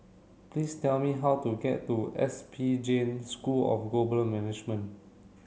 please tell me how to get to S P Jain School of Global Management